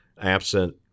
absent